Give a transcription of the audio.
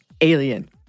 Alien